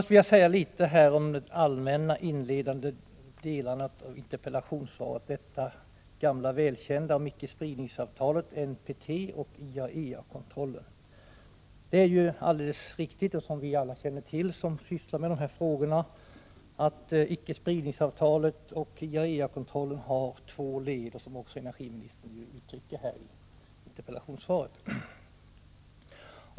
Jag vill först något kommentera de allmänna, inledande delarna av interpellationssvaret, detta gamla välkända, om icke-spridningsavtalet, NPT, och IAEA-kontrollen. Det är ju alldeles riktigt — det känner alla vi som sysslar med de här frågorna till — att icke-spridningsavtalet och IAEA kontrollen har två leder, något som också energiministern uttryckte i svaret.